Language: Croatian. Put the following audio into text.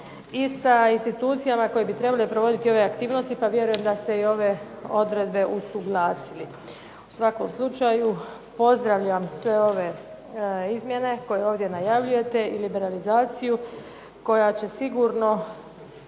i sa institucijama koje bi trebale provoditi ove aktivnosti pa vjerujem da ste i ove odredbe usuglasili. U svakom slučaju pozdravljam sve ove izmjene koje ovdje najavljujete i liberalizaciju koja će sigurno